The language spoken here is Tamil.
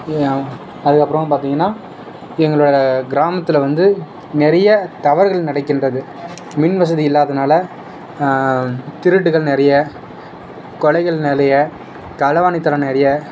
ஏ அதுக்கப்புறம் பார்த்திங்கன்னா எங்கள் கிராமத்தில் வந்து நிறைய தவறுகள் நடக்கின்றது மின் வசதி இல்லாததுனால் திருட்டுக்கள் நிறைய கொலைகள் நிறைய களவாணித்தனம் நிறைய